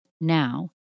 Now